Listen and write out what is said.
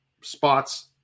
spots